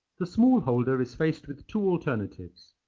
the small holder is faced with two alternatives.